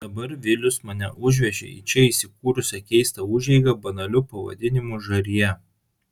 dabar vilius mane užvežė į čia įsikūrusią keistą užeigą banaliu pavadinimu žarija